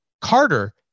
Carter